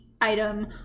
item